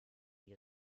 die